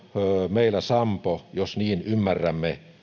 meillä sampo jos niin ymmärrämme